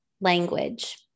language